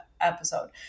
episode